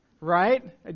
right